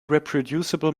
reproducible